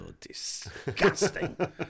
disgusting